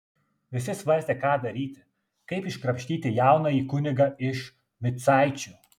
visi svarstė ką daryti kaip iškrapštyti jaunąjį kunigą iš micaičių